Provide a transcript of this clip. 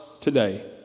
today